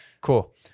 Cool